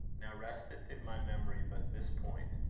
now resteth in my memory but this point,